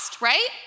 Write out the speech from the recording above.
right